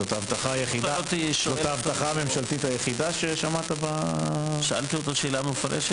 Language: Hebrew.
זאת ההבטחה הממשלתית היחידה ששמעת ב- -- שאלתי אותו מפורשות